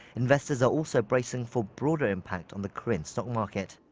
investors are also bracing for broader impact on the korean stock market.